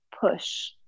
push